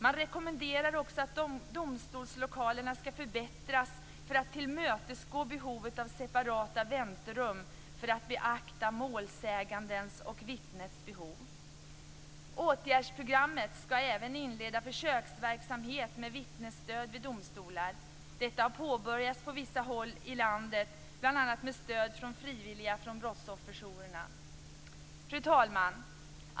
Man rekommenderar också att domstolslokalerna skall förbättras för att tillmötesgå behovet av separata väntrum för att beakta målsägandens och vittnets behov. Enligt åtgärdsprogrammet skall man även inleda försöksverksamhet med vittnesstöd vid domstolar. Detta har påbörjats på vissa håll i landet bl.a. med stöd från frivilliga från brottsofferjourerna. Fru talman!